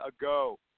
ago